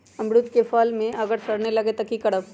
अमरुद क फल म अगर सरने लगे तब की करब?